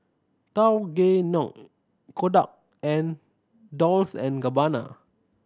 Tao Gae Noi Kodak and Dolce and Gabbana